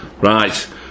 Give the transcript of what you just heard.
Right